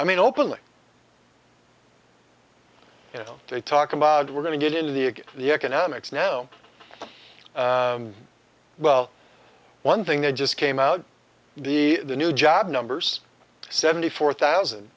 i mean openly you know they talk about we're going to get into the again the economics now well one thing that just came out in the new job numbers seventy four thousand